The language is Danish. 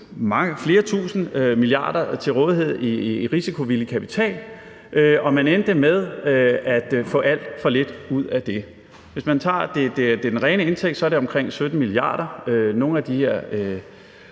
flere tusind milliarder til rådighed i risikovillig kapital, og man endte med at få alt for lidt ud af det. Hvis man tager den rene indtægt, er det omkring 17 mia. kr., som så vil